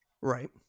Right